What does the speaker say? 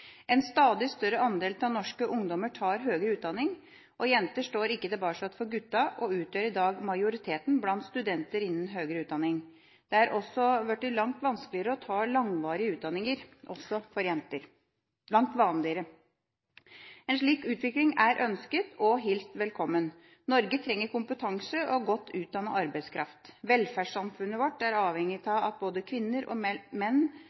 En stadig større andel av norske ungdommer tar høyere utdanning. Jentene står ikke tilbake for guttene og utgjør i dag majoriteten blant studentene innen høyere utdanning. Det er også blitt langt vanligere å ta langvarige utdanninger, også for jenter. En slik utvikling er ønsket og hilst velkommen. Norge trenger kompetanse og godt utdannet arbeidskraft. Velferdssamfunnet vårt er avhengig av at både kvinner og menn